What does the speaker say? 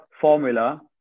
formula